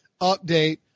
update